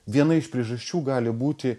viena iš priežasčių gali būti